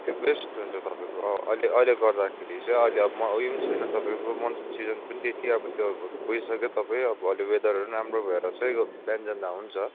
त्यो बेस्ट हुन्छ तपाईँको अहिले अहिले गर्दाखेरि चाहिँ अहिले अब म उयो पनि छैन तपाईँको मनसुन सिजन पनि त्यति अब त्यो गइसक्यो तपाईँ अब अहिले वेदरहरू पनि राम्रो भएर चाहिँ बिहान जाँदा हुन्छ